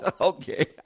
okay